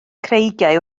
creigiau